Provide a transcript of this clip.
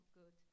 good